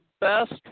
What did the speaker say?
best